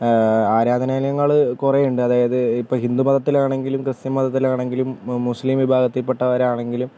ആരാധനാലയങ്ങൾ കുറെ ഉണ്ട് അതായത് ഇപ്പോൾ ഹിന്ദു മതത്തിൽ ആണെങ്കിലും ക്രിസ്ത്യൻ മതത്തിൽ ആണെങ്കിലും ഇപ്പോൾ മുസ്ലിം വിഭാഗത്തിൽ പെട്ടവർ ആണെങ്കിലും